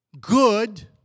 good